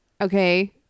Okay